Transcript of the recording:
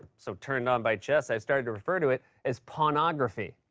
so turned on by chess, i've started to refer to it as pawnography.